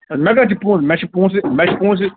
اَدٕ مےٚ کتھ چھِ پۅنٛسہٕ مےٚ چھِِ پۅنٛسہٕ مےٚ چھِ پۅنٛسہٕ